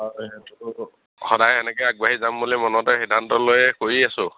অঁ সেইটোতো সদায় এনেকে আগবাঢ়ি যাম বুলি মনতে সিদ্ধান্ত লৈয়েই কৰি আছোঁ